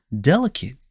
delicate